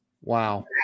Wow